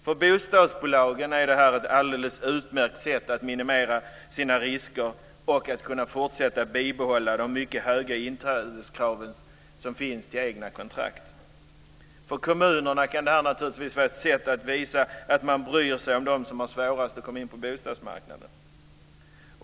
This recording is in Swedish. För bostadsbolagen är det här ett alldeles utmärkt sätt att minimera sina risker och att kunna fortsätta bibehålla de mycket höga inträdeskrav som finns till egna kontrakt. För kommunerna kan det naturligtvis vara ett sätt att visa att man bryr sig om dem som har svårast att komma in på bostadsmarknaden.